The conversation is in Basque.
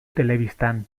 telebistan